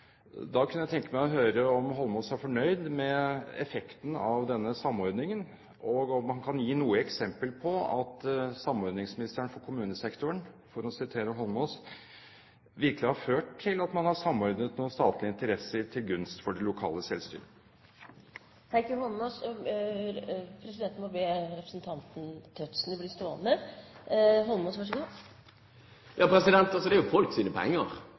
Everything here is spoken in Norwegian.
Da kunne jeg tenke meg å høre om Holmås er fornøyd med effekten av denne samordningen, og om han kan gi noe eksempel på at samordningsministeren for kommunesektoren – for å sitere Holmås – virkelig har medvirket til at man har samordnet noen statlige interesser til gunst for det lokale selvstyret. Det er jo folks penger. Det vi driver og forvalter, er jo folks penger. Og vi bruker de pengene på den måten som folk